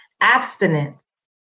Abstinence